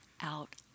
out